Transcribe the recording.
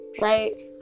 right